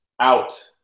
out